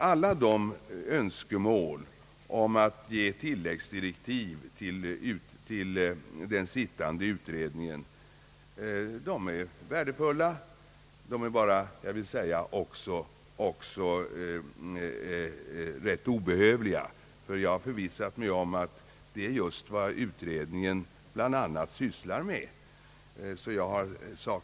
Alla önskemål om att ge tilläggsdirektiv till den sittande utredningen är i och för sig värdefulla, men de är också ganska obehövliga. Jag har nämligen förvissat mig om att utredningen bland annat sysslar med dessa frågor.